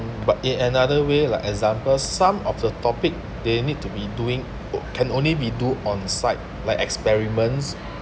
but it another way like example some of the topic they need to be doing o~ can only be do on site like experiments